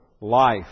life